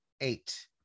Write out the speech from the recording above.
eight